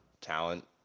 talent